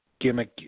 gimmick